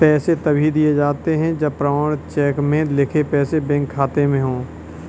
पैसे तभी दिए जाते है जब प्रमाणित चेक में लिखे पैसे बैंक खाते में हो